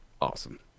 Awesome